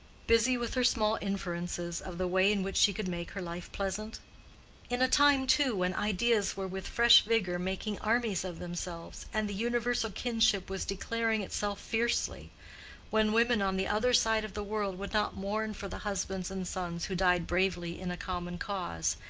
busy with her small inferences of the way in which she could make her life pleasant in a time, too, when ideas were with fresh vigor making armies of themselves, and the universal kinship was declaring itself fiercely when women on the other side of the world would not mourn for the husbands and sons who died bravely in a common cause,